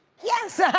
yes yeah